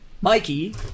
Mikey